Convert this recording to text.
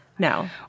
No